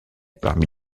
parmi